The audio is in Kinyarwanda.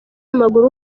w’amaguru